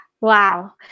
wow